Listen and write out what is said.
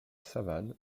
savane